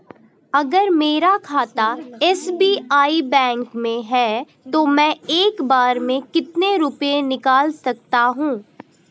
अगर मेरा खाता एस.बी.आई बैंक में है तो मैं एक बार में कितने रुपए निकाल सकता हूँ?